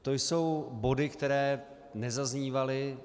To jsou body, které nezaznívaly.